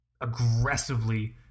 aggressively